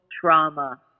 trauma